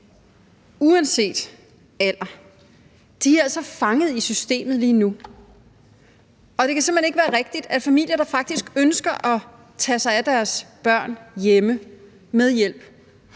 uanset alder, er altså fanget i systemet lige nu. Og det kan simpelt hen ikke være rigtigt, at familier, der faktisk ønsker at tage sig af deres børn hjemme,